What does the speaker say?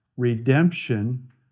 Redemption